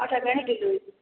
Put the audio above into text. टमाटा घणे किलो आहिनि